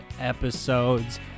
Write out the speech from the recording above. episodes